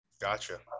Gotcha